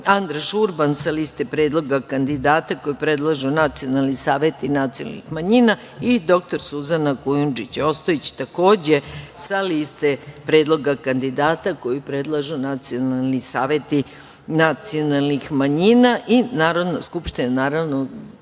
Andraš Urban sa liste predloga kandidata koju je predložio Nacionalni savet nacionalnih manjina i dr Suzana Kujundžić Ostojić, takođe sa liste predloga kandidata koju predlaže Nacionalni savet nacionalnih manjina. Narodna skupština, naravno,